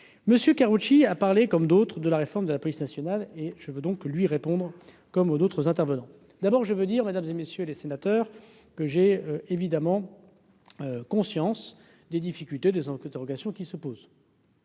Karoutchi a parlé comme d'autres de la réforme de la police nationale et je veux donc lui répondre comme au d'autres intervenants, d'abord, je veux dire, mesdames et messieurs les sénateurs, que j'ai évidemment conscience des difficultés des dérogation qui se pose.